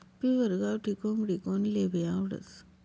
pure गावठी कोंबडी कोनलेभी आवडस